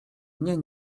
nie